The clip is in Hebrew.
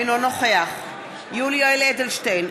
אינו נוכח יולי יואל אדלשטיין,